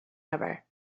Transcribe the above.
ever